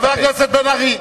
חבר הכנסת בן-ארי,